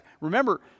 Remember